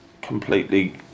completely